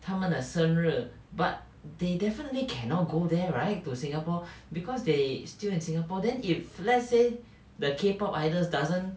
他们的生日 but they definitely cannot go there right to singapore because they still in singapore then if let's say the K pop idols doesn't